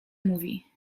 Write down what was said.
mówi